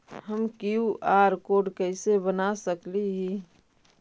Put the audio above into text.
हम QR code कैसे बना सकली ही?